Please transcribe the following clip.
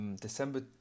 December